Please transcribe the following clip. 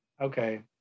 okay